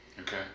Okay